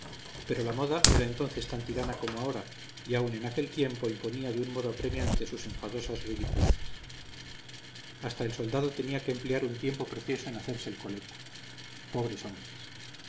pero la moda era entonces tan tirana como ahora y aun en aquel tiempo imponía de un modo apremiante sus enfadosas ridiculeces hasta el soldado tenía que emplear un tiempo precioso en hacerse el coleto pobres hombres